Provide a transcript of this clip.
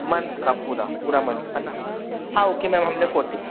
month का पूरा पूरा मन्थ का न हाँ ओके मैम हमने फोट्टी